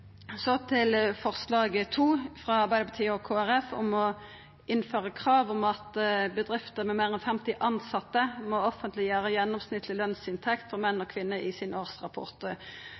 Forslag nr. 2, frå Arbeidarpartiet og Kristeleg Folkeparti, om å innføra krav om at bedrifter med meir enn 50 tilsette må offentliggjera gjennomsnittleg lønsinntekt for menn og kvinner i